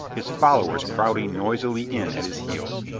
his followers crowding noisily in at his heels.